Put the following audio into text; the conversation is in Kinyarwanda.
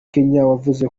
wavuze